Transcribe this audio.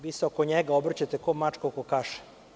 Vi se oko njega obrćete kao mačka oko kaše.